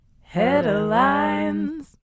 Headlines